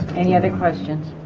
any other questions